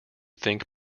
think